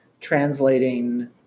translating